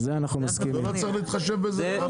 לא צריך להתחשב בזה?